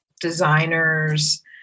designers